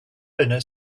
owner